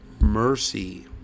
mercy